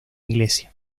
iglesia